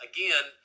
Again